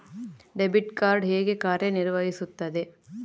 Debit card ಹೇಗೆ ಕಾರ್ಯನಿರ್ವಹಿಸುತ್ತದೆ?